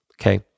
okay